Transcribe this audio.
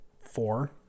four